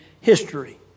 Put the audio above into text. history